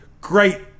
great